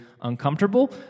uncomfortable